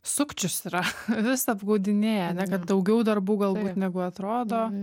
sukčius yra vis apgaudinėja ar ne kad daugiau darbų galbūt negu atrodo